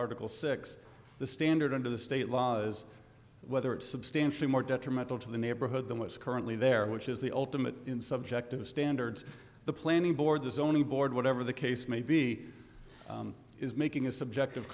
article six of the standard into the state laws whether it's substantially more detrimental to the neighborhood than what's currently there which is the ultimate objective standards the planning board the zoning board whatever the case may be is making a subjective